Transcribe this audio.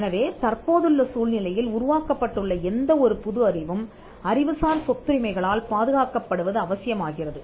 எனவே தற்போதுள்ள சூழ்நிலையில் உருவாக்கப்பட்டுள்ள எந்த ஒரு புது அறிவும் அறிவுசார் சொத்துரிமை களால் பாதுகாக்கப்படுவது அவசியமாகிறது